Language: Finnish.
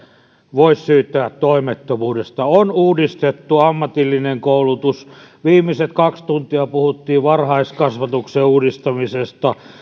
voi syyttää toimettomuudesta on uudistettu ammatillinen koulutus viimeiset kaksi tuntia puhuttiin varhaiskasvatuksen uudistamisesta